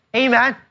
amen